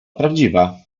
prawdziwa